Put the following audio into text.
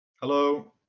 Hello